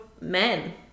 men